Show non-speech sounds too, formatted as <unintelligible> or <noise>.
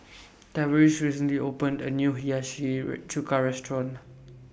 <noise> Tavaris recently opened A New Hiyashi <unintelligible> Chuka Restaurant